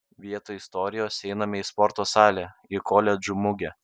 vietoj istorijos einame į sporto salę į koledžų mugę